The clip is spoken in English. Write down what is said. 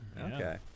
okay